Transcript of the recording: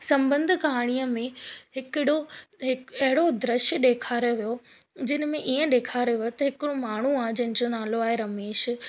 संबंध कहाणीअ में हिकिड़ो हि अहिड़ो दृश्य ॾेखारियो वियो जिन में ईअं ॾेखारियो वियो त हिकिड़ो माण्हू आहे जंहिंजो नालो आहे रमेश